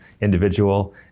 individual